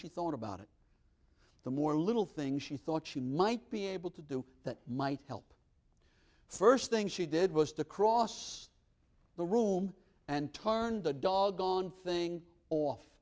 she thought about it the more little things she thought she might be able to do that might help first thing she did was to cross the room and turned the doggone thing off